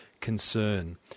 concern